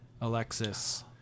Alexis